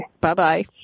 Bye-bye